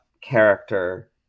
character